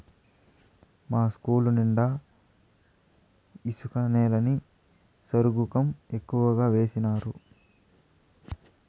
మా ఇస్కూలు నిండా ఇసుక నేలని సరుగుకం ఎక్కువగా వేసినారు